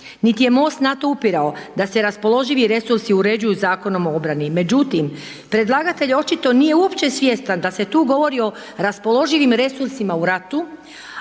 niti je MOST na to upirao da se raspoloživi resursi uređuju Zakonom o obrani, međutim predlagatelj očito nije uopće svjestan da se tu govori o raspoloživim resursima u ratu,